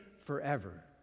forever